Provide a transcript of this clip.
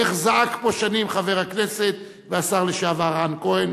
איך זעק פה שנים חבר הכנסת והשר לשעבר רן כהן?